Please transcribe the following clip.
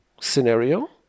scenario